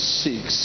six